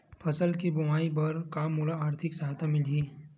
फसल के बोआई बर का मोला आर्थिक सहायता मिलही?